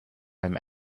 him